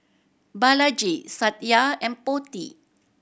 Balaji Satya and Potti